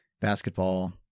basketball